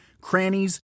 crannies